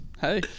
hey